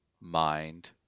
Mind